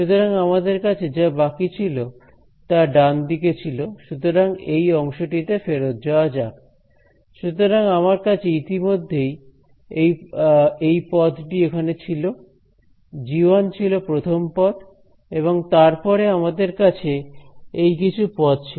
সুতরাং আমাদের কাছে যা বাকি ছিল তা ডান দিকে ছিল সুতরাং এই অংশটিতে ফেরত যাওয়া যাক সুতরাং আমার কাছে ইতিমধ্যেই এই পদটি এখানে ছিল g 1 ছিল প্রথম পদ এবং তারপরে আমাদের কাছে এই কিছু পদ ছিল